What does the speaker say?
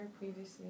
previously